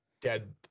dead